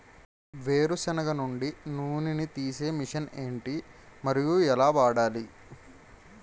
వేరు సెనగ నుండి నూనె నీ తీసే మెషిన్ ఏంటి? మరియు ఎలా వాడాలి?